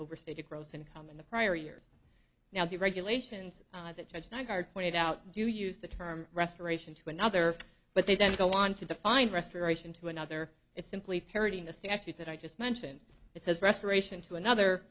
overstated gross income in the prior years now the regulations that judge nygaard pointed out do use the term restoration to another but they don't go on to define restoration to another is simply parroting the statute that i just mentioned it says restoration to another